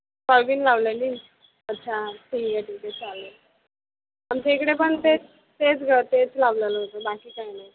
soybean लावलेली अच्छा चालेल आमच्या इकडे पण तेच तेच गं तेच लावलेलं होतं बाकी काही नाही